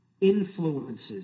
influences